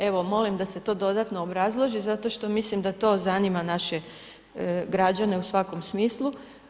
Evo, molim da se to dodatno obrazloži zato što mislim da to zanima naše građane u svakom smislu.